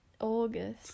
August